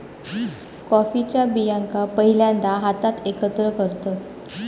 कॉफीच्या बियांका पहिल्यांदा हातात एकत्र करतत